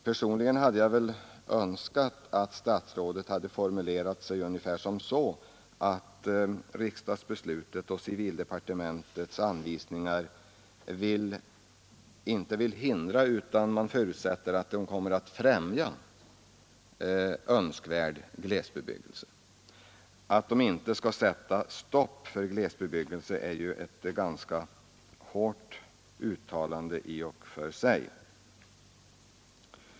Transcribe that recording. Personligen hade jag väl önskat att statsrådet hade formulerat sig ungefär som så, att riksdagsbeslutet och civildepartementets anvisningar inte är avsedda att hindra utan att främja önskvärd glesbebyggelse. Att de inte skall sätta stopp för glesbebyggelse är ju ett ganska hårt uttalande i och för sig.